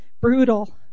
brutal